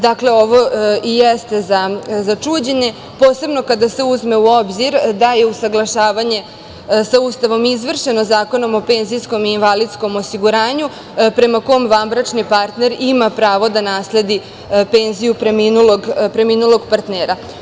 Dakle, ovo i jeste za čuđenje, posebno kada se uzme u obzir da je usaglašavanje sa Ustavom izvršeno Zakonom o penzijskom i invalidskom osiguranju, prema kom vanbračni partner ima pravo da nasledi penziju preminulog partnera.